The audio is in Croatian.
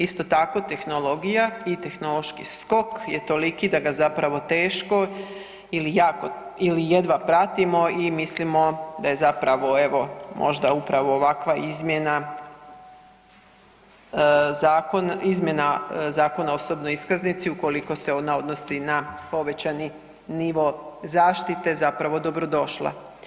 Isto tako tehnologija i tehnološki skok je toliki da ga zapravo teško ili jedva pratimo i mislimo da je zapravo evo možda upravo ovakva izmjena zakona, izmjena Zakona o osobnoj iskaznici ukoliko se ona odnosi na povećani nivo zaštite zapravo dobrodošla.